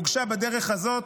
הוגשה בדרך הזאת,